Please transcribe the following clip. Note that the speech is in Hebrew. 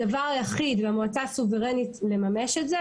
הדבר היחיד למועצה הסוברנית לממש את זה,